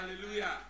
Hallelujah